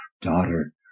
daughter